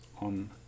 on